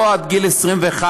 לא עד גיל 21,